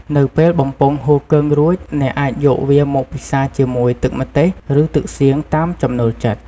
នៅពេលបំពងហ៊ូគឹងរួច អ្នកអាចយកវាមកពិសាជាមួយ ទឹកម្ទេស ឬ ទឹកសៀង តាមចំណូលចិត្ត។